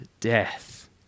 death